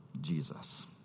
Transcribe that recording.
Jesus